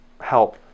help